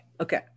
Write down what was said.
Okay